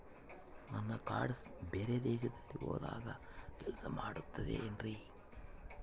ನನ್ನ ಕಾರ್ಡ್ಸ್ ಬೇರೆ ದೇಶದಲ್ಲಿ ಹೋದಾಗ ಕೆಲಸ ಮಾಡುತ್ತದೆ ಏನ್ರಿ?